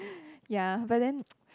ya but then